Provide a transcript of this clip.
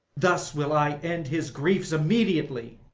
thus will i end his griefs immediately.